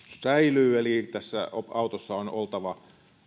säilyy eli autossa on oltava